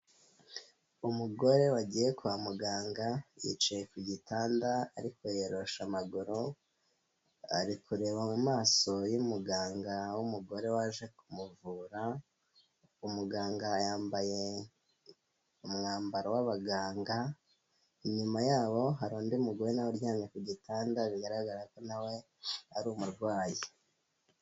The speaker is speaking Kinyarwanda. Umugore wagiye kwa muganga yicaye ku gitanda ariko yoroshe amaguru, ari kureba mu maso y'umuganga w'umugore waje kumuvura, umuganga yambaye umwambaro w'abaganga, inyuma yabo hari undi mugore na we uryamye ku gitanda bigaragara ko na we ari umurwayi.